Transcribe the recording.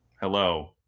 hello